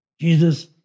Jesus